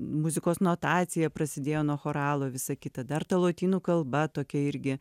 muzikos notacija prasidėjo nuo choralo visa kita dar ta lotynų kalba tokia irgi